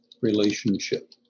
relationship